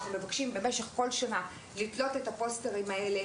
כל שנה אנחנו מבקשים לתלות את הפוסטרים האלה